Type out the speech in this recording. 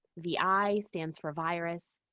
vi stands for virus.